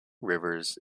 rivers